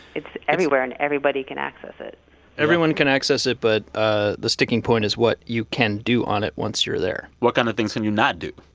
it's everywhere, and everybody can access it everyone can access it. but ah the sticking point is what you can do on it once you're there what kind of things can you not do?